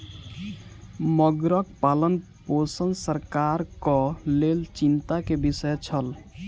मगरक पालनपोषण सरकारक लेल चिंता के विषय छल